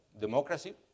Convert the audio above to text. democracy